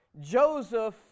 Joseph